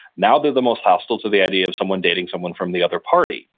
now they're the most hostile to the idea of someone dating someone from the other party.